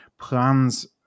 plans